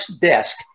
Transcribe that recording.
desk